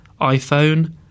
iPhone